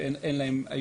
שאין להן,